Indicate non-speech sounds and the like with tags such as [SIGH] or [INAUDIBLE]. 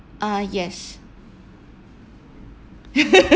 ah yes [LAUGHS]